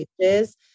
pages